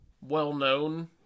well-known